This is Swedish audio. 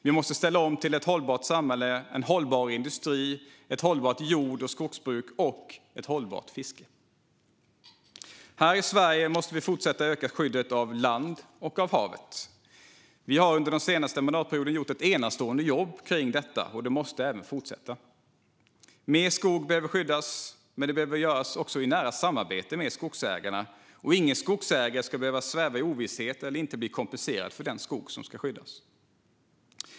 Vi måste ställa om till ett hållbart samhälle, en hållbar industri, ett hållbart jord och skogsbruk och ett hållbart fiske. Här i Sverige måste vi fortsätta att öka skyddet av land och hav. Vi har under den senaste mandatperioden gjort ett enastående arbete med detta, och det arbetet måste även fortsätta. Mer skog behöver skyddas, men det behöver göras i nära samarbete med skogsägarna. Ingen skogsägare ska behöva sväva i ovisshet eller inte bli kompenserad för den skog som ska skyddas.